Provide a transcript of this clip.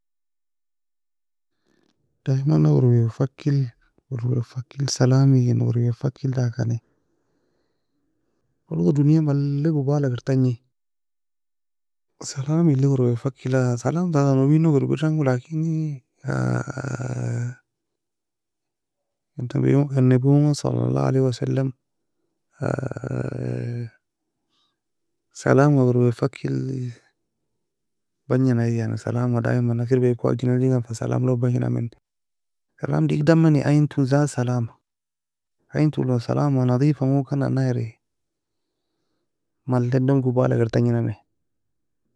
Daymna werwea fackil werwea fackil salamelon werwea fckil dakin, tala dunya malay gubala kir tagni salamli werwea fackila salamta nubinog irbirdagmo, lakini enebiungon صلي الله عليه وسلم salamga werwea fackiel bagnia igi yani, salamga daymana kir weako agjenanan fa salamlog bagninami, salam diegda ameni ayie toue zat salama, ayei en toue lon salama nadifagokani nana eri mala dan gubala kir tagni nami.